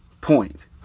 point